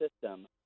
system